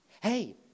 Hey